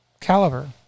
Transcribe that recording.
caliber